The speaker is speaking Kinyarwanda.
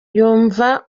yumva